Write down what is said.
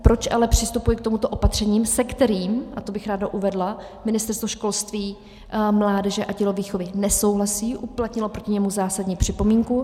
Proč ale přistupuji k tomuto opatření se kterým, a to bych ráda uvedla, Ministerstvo školství, mládeže a tělovýchovy nesouhlasí, uplatnilo proti němu zásadní připomínku.